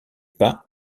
pas